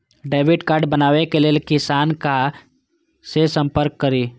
Debit card बनावे के लिए किनका से संपर्क करी?